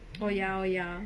oh ya oh ya